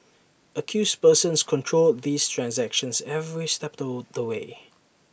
accused persons controlled these transactions every step of the way